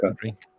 drink